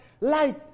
light